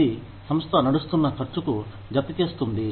ఇది సంస్థ నడుస్తున్న ఖర్చుకు జతచేస్తుంది